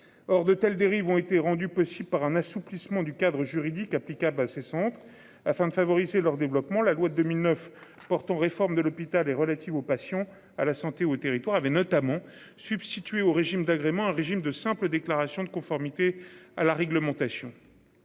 Or de telles dérives ont été rendues possibles par un assouplissement du cadre juridique applicable à ces centres afin de favoriser leur développement. La loi de 2009 portant réforme de l'hôpital et relative aux patients, à la santé aux territoires avait notamment substituer au régime d'agrément, un régime de simple déclaration de conformité à la réglementation.